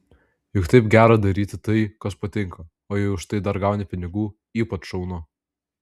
juk taip gera daryti tai kas patinka o jei už tai dar gauni pinigų ypač šaunu